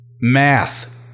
math